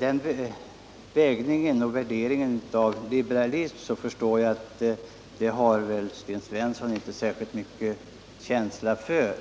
Den vägningen och värderingen av liberalism förstår jag att Sten Svensson inte har mycket känsla för.